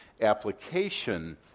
application